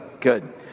good